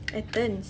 athens